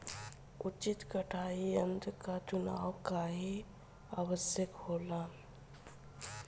उचित कटाई यंत्र क चुनाव काहें आवश्यक होला?